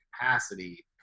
capacity